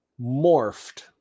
morphed